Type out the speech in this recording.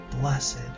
blessed